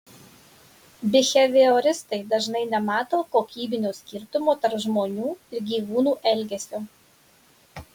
bihevioristai dažnai nemato kokybinio skirtumo tarp žmonių ir gyvūnų elgesio